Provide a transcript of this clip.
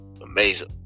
Amazing